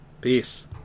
Peace